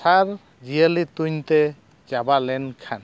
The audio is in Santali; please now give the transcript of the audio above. ᱥᱟᱨ ᱡᱤᱭᱟᱹᱞᱤ ᱛᱩᱧ ᱛᱮ ᱪᱟᱵᱟ ᱞᱮᱱ ᱠᱷᱟᱱ